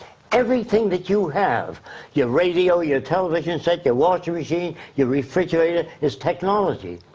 everything that you have your radio, your television set, your washing machine, your refrigerator, is technology.